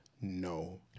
no